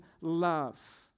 love